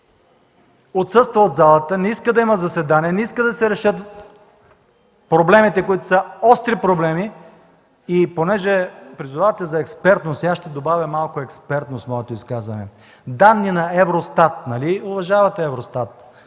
отсъства от залата, не иска да е на заседание, не иска да се решат проблемите, които са остри проблеми. И понеже призовавате за експертност, аз ще добавя малко експертност в моето изказване. Данни на Евростат. Нали уважавате Евростат?